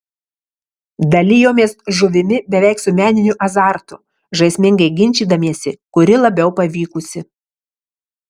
dalijomės žuvimi beveik su meniniu azartu žaismingai ginčydamiesi kuri labiau pavykusi